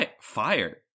Fire